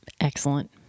Excellent